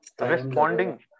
responding